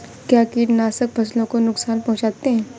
क्या कीटनाशक फसलों को नुकसान पहुँचाते हैं?